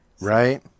Right